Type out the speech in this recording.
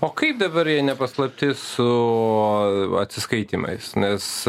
o kaip dabar jei ne paslaptis su atsiskaitymais nes